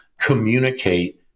communicate